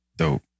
Dope